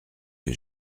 que